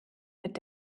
mit